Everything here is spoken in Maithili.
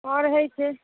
आओर होइ छै